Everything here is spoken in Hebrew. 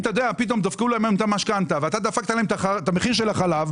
פתאום דפקו להם את המשכנתא ואתה דפקת להם את המחיר של החלב.